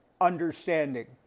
understanding